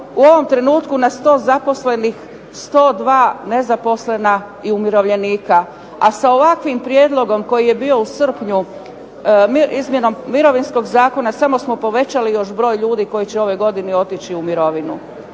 u ovom trenutku na 100 zaposlenih 102 nezaposlena i umirovljenika, a sa ovakvim prijedlogom koji je bio u srpnju, izmjenom Mirovinskog zakona samo smo povećali još broj ljudi koji će u ovoj godini otići u mirovinu.